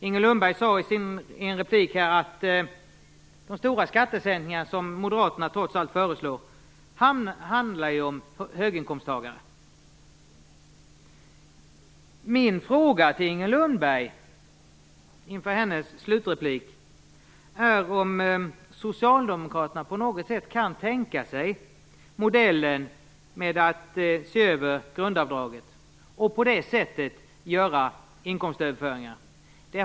Inger Lundberg sade att de stora skattesänkningar som moderaterna föreslår handlar om höginkomsttagare. Min fråga till Inger Lundberg inför hennes slutreplik är om socialdemokraterna på något sätt kan tänka sig modellen att se över grundavdraget och på det sättet göra inkomstöverföringar.